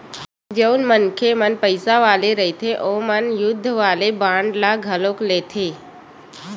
जउन मनखे मन पइसा वाले रहिथे ओमन युद्ध वाले बांड ल घलो लेथे